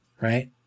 Right